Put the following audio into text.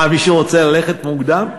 מה, מישהו רוצה ללכת מוקדם?